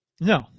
No